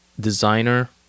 designer